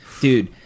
dude